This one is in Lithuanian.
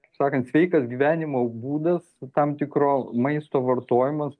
kaip sakant sveikas gyvenimo būdas tam tikro maisto vartojimas